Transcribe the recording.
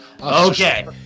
Okay